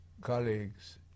colleagues